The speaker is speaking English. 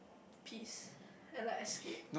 peace and like escape